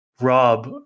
Rob